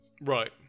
Right